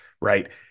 right